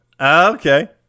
Okay